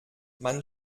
man